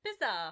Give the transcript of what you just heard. Bizarre